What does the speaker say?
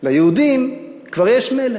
ליהודים כבר יש מלך,